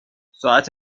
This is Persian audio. ساعت